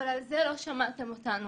אבל על זה לא שמעתם אותנו,